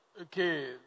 Okay